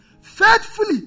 Faithfully